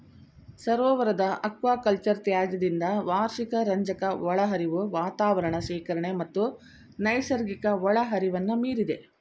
ಸರೋವರದ ಅಕ್ವಾಕಲ್ಚರ್ ತ್ಯಾಜ್ಯದಿಂದ ವಾರ್ಷಿಕ ರಂಜಕ ಒಳಹರಿವು ವಾತಾವರಣ ಶೇಖರಣೆ ಮತ್ತು ನೈಸರ್ಗಿಕ ಒಳಹರಿವನ್ನು ಮೀರಿದೆ